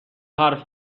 حرف